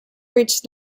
reached